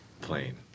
plane